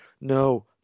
no